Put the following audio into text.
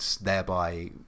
thereby